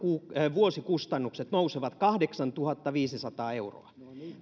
vuosikustannukset nousevat kahdeksantuhattaviisisataa euroa